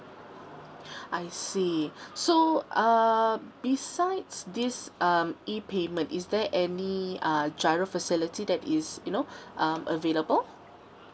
I see so um besides this um E payment is there any uh G_I_R_O facility that is you know um available